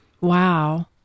wow